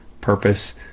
Purpose